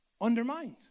undermined